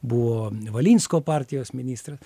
buvo valinsko partijos ministras